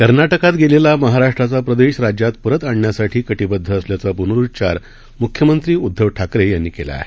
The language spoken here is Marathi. कर्नाटकात गेलेला महाराष्ट्राचा प्रदेश राज्यात परत आणण्यासाठी कटिबद्ध असल्याचा पुनरुच्चार मुख्यमंत्री उद्धव ठाकरे यांनी केला आहे